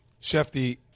Shefty